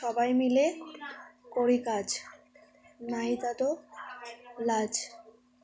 সবাই মিলে করি কাজ নাই তাতে লাজ